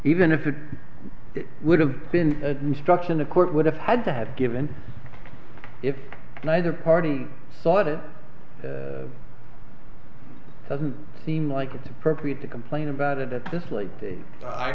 even if it would have been a destruction the court would have had to have given if neither party sought it the doesn't seem like it's appropriate to complain about it at this l